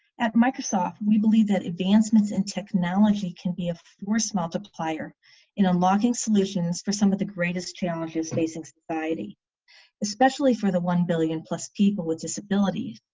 at microsoft we believe that advancements in technology can be a force multiplier in unlocking solutions for some of the greatest challenges facing society especially for the one billion plus people with disabilities